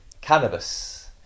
cannabis